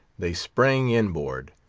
they sprang inboard,